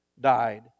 died